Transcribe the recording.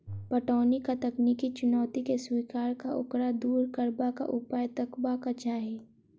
पटौनीक तकनीकी चुनौती के स्वीकार क ओकरा दूर करबाक उपाय तकबाक चाही